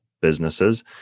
businesses